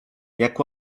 jak